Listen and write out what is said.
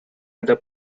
other